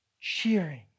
Cheering